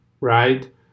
Right